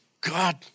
God